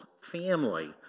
family